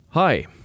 Hi